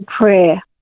prayer